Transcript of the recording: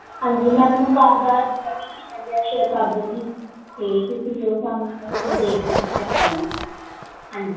ਹਾਂਜੀ ਮੈਂ ਤੁਹਾਨੂੰ ਕਾਰ ਦਾ ਕੀ ਕਹਿੰਦੇ ਹੈ ਸ਼ੇਅਰ ਕਰਦੂੰਗੀ ਅਤੇ ਤੁਸੀਂ ਉਸ ਹਿਸਾਬ ਨਾਲ ਇਹ ਦੇਖ ਲਿਓ ਚੈੱਕ ਕਰ ਲਿਓ ਹਾਂਜੀ